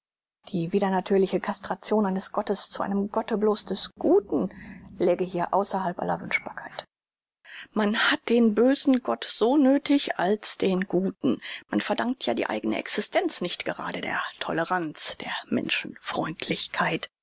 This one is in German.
die widernatürliche castration eines gottes zu einem gotte bloß des guten läge hier außerhalb aller wünschbarkeit man hat den bösen gott so nöthig als den guten man verdankt ja die eigne existenz nicht gerade der toleranz der